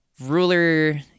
ruler